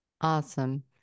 Awesome